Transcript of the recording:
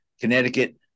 Connecticut